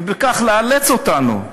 ובכך לאלץ אותנו,